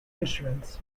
instruments